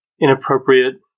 inappropriate